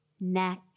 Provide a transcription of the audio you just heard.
neck